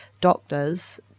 doctors